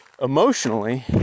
emotionally